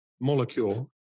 molecule